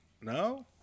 no